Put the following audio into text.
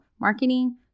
marketing